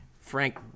Frank